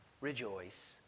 rejoice